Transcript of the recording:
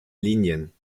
linien